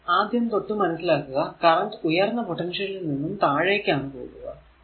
എന്നാൽ ആദ്യം തൊട്ടു മനസിലാക്കുക കറന്റ് ഉയർന്ന പൊട്ടൻഷ്യലിൽ നിന്നും താഴേക്കാണ് പോകുക